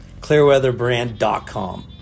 Clearweatherbrand.com